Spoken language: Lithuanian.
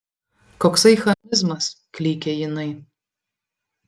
koksai chamizmas klykia jinai